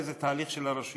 הרי זה תהליך של הרשויות,